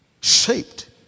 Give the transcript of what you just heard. Shaped